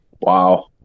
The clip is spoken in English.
Wow